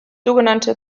sogenannte